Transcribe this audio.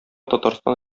татарстан